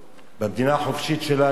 החופשית שלנו.